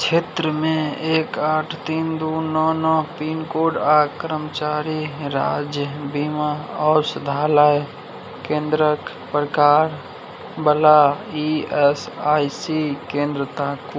क्षेत्रमे एक आठ तीन दू नओ नओ पिन कोड आओर कर्मचारी राज्य बीमा औषधालय केन्द्रक प्रकारवला ई एस आइ सी केन्द्र ताकू